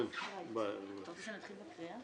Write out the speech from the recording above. אתה רוצה שנתחיל בקריאה?